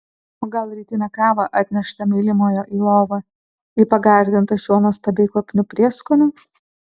o gal rytinę kavą atneštą mylimojo į lovą į pagardintą šiuo nuostabiai kvapniu prieskoniu